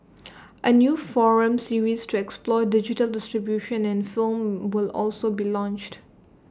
A new forum series to explore digital distribution in film will also be launched